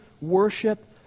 worship